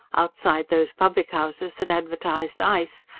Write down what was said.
outside those public-houses that advertised ice,